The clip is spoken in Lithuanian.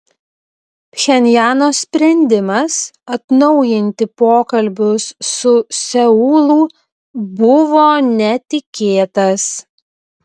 pchenjano sprendimas atnaujinti pokalbius su seulu buvo netikėtas